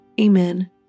Amen